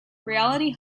reality